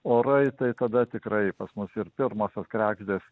orai tai tada tikrai pas mus ir pirmosios kregždės